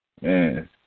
Man